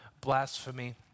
blasphemy